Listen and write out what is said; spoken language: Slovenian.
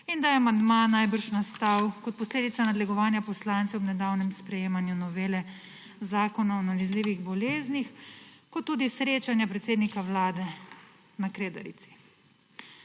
In da je amandma najbrž nastal kot posledica nadlegovanja poslanca ob nedavnem sprejemanju novele Zakona o nalezljivih boleznih kot tudi srečanja predsednika Vlade na Kredarici.